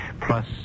plus